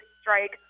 strike